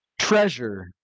treasure